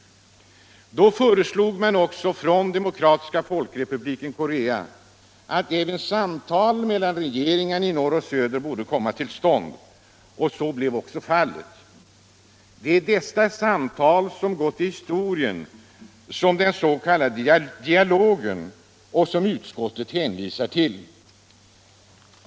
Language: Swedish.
Då föreslog man från Demokratiska folkrepubliken Korea att samtal mellan regeringarna i norr och söder borde komma till stånd. Så blev också fallet. Det är dessa samtal som gått till historien som den s.k. dialogen och som utrikesutskottet hänvisar till.